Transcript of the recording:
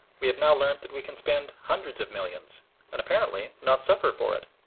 we have now learnt that we can spend hundreds of millions and apparently not suffer for it.